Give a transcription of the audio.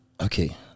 Okay